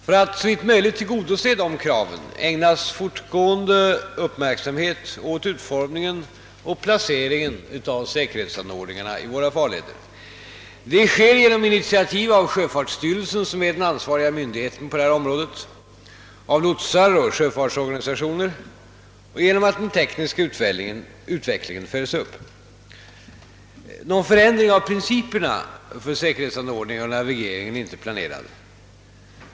För att såvitt möjligt tillgodose dessa krav ägnas fortgående uppmärksamhet åt utformningen och placeringen av säkerhetsanordningarna i våra farleder. Detta sker genom initiativ av sjöfartsstyrelsen, som är den ansvariga myndigheten på detta område, av lotsar och sjöfartsorganisationer och genom att den tekniska utvecklingen följs upp. Någon förändring av principerna för säkerhetsanordningarna och = navigeringen är inte planerad.